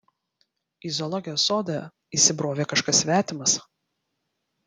į zoologijos sodą įsibrovė kažkas svetimas